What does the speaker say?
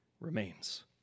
remains